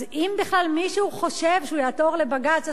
אז אם בכלל מישהו חושב שהוא יעתור לבג"ץ,